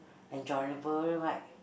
enjoyable right